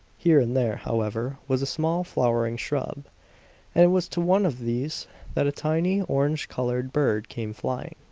here and there, however, was a small flowering shrub and it was to one of these that a tiny, orange-colored bird came flying.